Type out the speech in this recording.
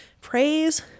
Praise